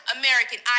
american